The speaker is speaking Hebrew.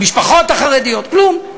במשפחות החרדיות, כלום.